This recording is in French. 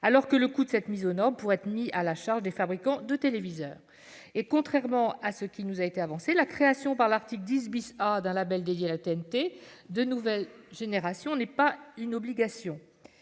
des box. Le coût de cette mise aux normes pourrait être mis à la charge des fabricants de téléviseurs. Contrairement aux arguments que l'on nous a fait valoir, la création à l'article 10 A d'un label dédié à la TNT de nouvelle génération n'est pas une obligation,